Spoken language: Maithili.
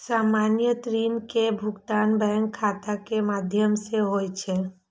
सामान्यतः ऋण के भुगतान बैंक खाता के माध्यम सं होइ छै